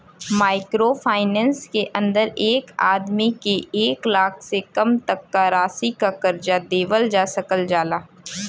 micro finance के अंदर एक आदमी के एक लाख से कम तक क राशि क कर्जा देवल जा सकल जाला